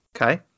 Okay